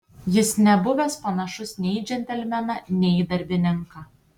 jis nebuvęs panašus nei į džentelmeną nei į darbininką